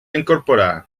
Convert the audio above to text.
incorporar